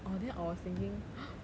orh then I was thinking